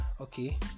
okay